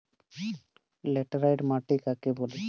Laterite মাটি কাকে বলে?